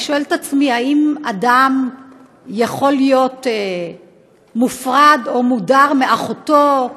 אני שואלת את עצמי אם אדם יכול להיות מופרד או מודר מאחותו,